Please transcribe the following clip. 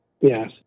Yes